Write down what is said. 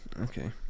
okay